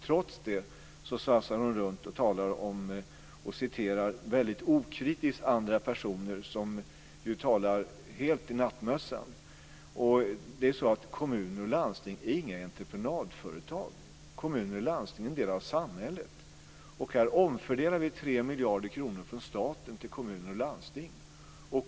Trots det svassar hon runt och talar om och citerar väldigt okritiskt andra personer som talar helt i nattmössan. Det är så att kommuner och landsting inte är några entreprenadföretag. Kommuner och landsting är en del av samhället. Här omfördelar vi 3 miljarder kronor från staten till kommuner och landsting.